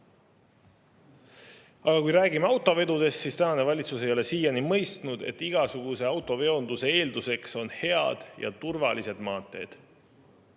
kui räägime autovedudest, siis tänane valitsus ei ole siiani mõistnud, et igasuguse autoveonduse eelduseks on hea ja turvaline maantee.